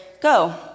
Go